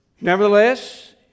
Nevertheless